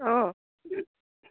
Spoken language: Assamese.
অঁ